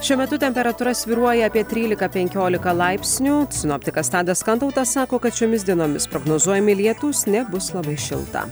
šiuo metu temperatūra svyruoja apie trylika penkiolika laipsnių sinoptikas tadas kantautas sako kad šiomis dienomis prognozuojami lietūs nebus labai šilta